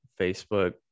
Facebook